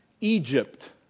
Egypt